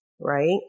right